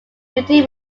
duty